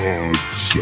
Gods